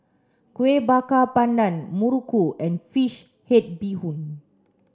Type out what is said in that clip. Kueh Bakar Pandan Muruku and fish head bee hoon